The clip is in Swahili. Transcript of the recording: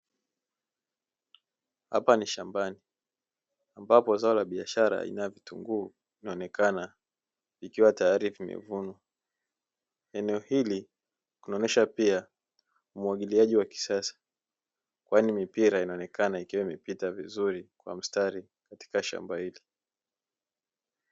Hapa ni shambani ambapo zao la biashara aina ya vitunguu linaonekana likiwa tayari limevunwa, eneo hili kunaonyesha pia umwagiliaji wa kisasa kwani mipira inaonekana ikiwa imepita vizuri kwa mstari katika shamba hili.